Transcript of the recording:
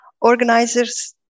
organizers